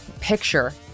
picture